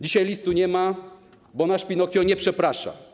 Dzisiaj listu nie ma, bo nasz Pinokio nie przeprasza.